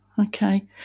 Okay